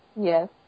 Yes